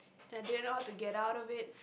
and I didn't know how to get out of it